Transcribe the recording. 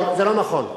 זה לא נכון.